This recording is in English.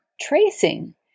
tracing